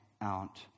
out